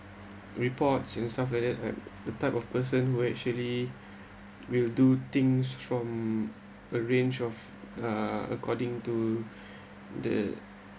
reports and stuff like that and the type of person who actually will do things from a range of uh according to the